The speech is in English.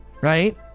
right